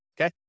Okay